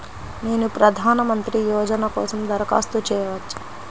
నేను ప్రధాన మంత్రి యోజన కోసం దరఖాస్తు చేయవచ్చా?